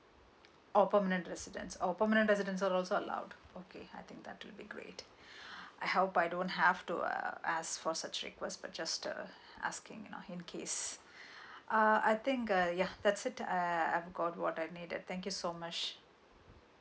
oh permanent residents oh permanent residents are also allowed okay I think that will be great I hope I don't have to uh ask for such request but just uh asking just in case uh I think uh ya that's it I've got what I needed thank you so much